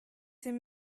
c’est